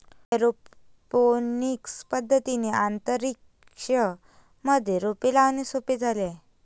aeroponics पद्धतीने अंतरिक्ष मध्ये रोपे लावणे सोपे झाले आहे